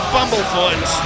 Bumblefoot